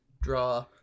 draw